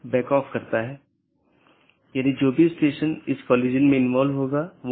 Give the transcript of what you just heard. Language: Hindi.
तो यह ऐसा नहीं है कि यह OSPF या RIP प्रकार के प्रोटोकॉल को प्रतिस्थापित करता है